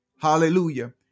Hallelujah